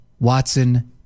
Watson